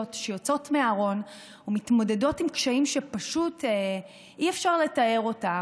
שיוצאות מהארון ומתמודדות עם קשיים שפשוט אי-אפשר לתאר אותם.